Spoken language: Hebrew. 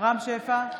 רם שפע,